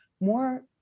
more